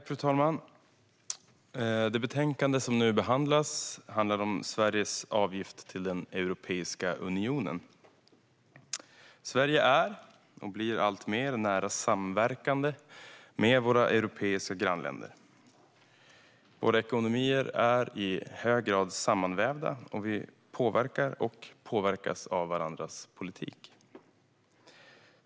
Fru talman! Det betänkande som nu behandlas handlar om Sveriges avgift till Europeiska unionen. Sverige är, och blir alltmer, nära samverkande med våra europeiska grannländer. Våra ekonomier är i hög grad sammanvävda, och vi påverkar och påverkas av varandras politik.